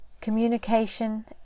communication